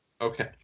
Okay